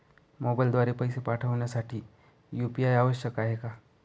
मोबाईलद्वारे पैसे पाठवण्यासाठी यू.पी.आय आवश्यक आहे का?